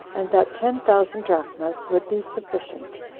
and that ten thousand drachmas would be sufficient,